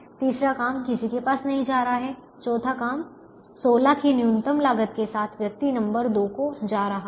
तीसरा काम किसी के पास नहीं जा रहा चौथा काम 16 की न्यूनतम लागत के साथ व्यक्ति नंबर 2 को जा रहा है